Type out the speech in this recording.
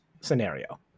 scenario